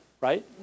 right